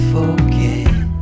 Forget